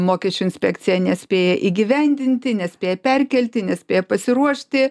mokesčių inspekcija nespėja įgyvendinti nespėja perkelti nespėja pasiruošti